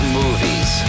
movies